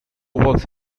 works